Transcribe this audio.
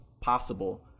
possible